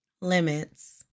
Limits